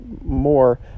more